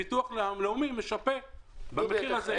ביטוח לאומי משפה במחיר הזה את המעסיק.